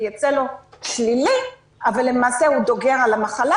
יצא לו שלילי אבל למעשה הוא דוגר על המחלה,